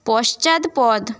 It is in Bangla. পশ্চাৎপদ